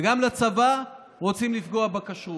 גם בצבא רוצים לפגוע בכשרות.